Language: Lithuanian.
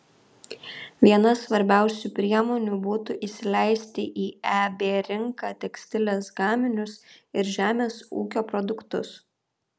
viena svarbiausių priemonių būtų įsileisti į eb rinką tekstilės gaminius ir žemės ūkio produktus